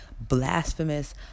blasphemous